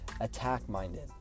attack-minded